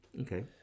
Okay